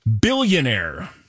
Billionaire